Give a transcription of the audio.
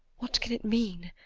what can it mean?